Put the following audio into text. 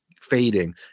fading